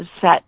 set